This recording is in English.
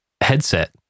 headset